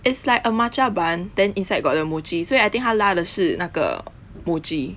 it's like a matcha bun then inside got the mochi 所以 I think 她拉的是那个 mochi